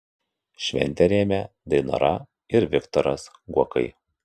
šventę rėmė dainora ir viktoras guokai